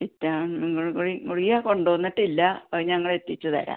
vitamin നിങ്ങൾ ഗുളി ഗുളിക കൊണ്ടോന്നിട്ടില്ല അപ്പം ഞങ്ങളെത്തിച്ച് തരാം